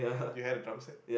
you had a dub set